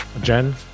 Jen